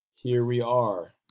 here we are.